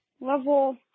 level